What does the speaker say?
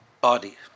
body